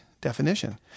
definition